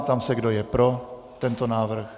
Ptám se, kdo je pro tento návrh.